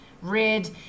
Red